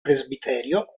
presbiterio